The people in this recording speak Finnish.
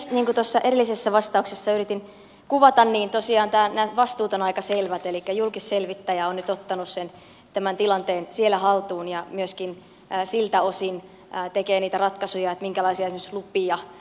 niin kuin tuossa edellisessä vastauksessani yritin kuvata niin tosiaan nämä vastuut ovat aika selvät elikkä julkisselvittäjä on nyt ottanut tämän tilanteen siellä haltuun ja myöskin siltä osin tekee niitä ratkaisuja että minkälaisia esimerkiksi lupia